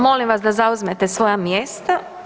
Molim vas da zauzmete svoja mjesta.